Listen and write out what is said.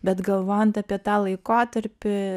bet galvojant apie tą laikotarpį